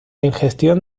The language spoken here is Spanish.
ingestión